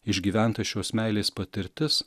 išgyventa šios meilės patirtis